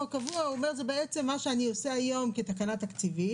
הקבוע זה מה שהוא עושה היום כתקנה תקציבית.